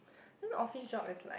then office job is like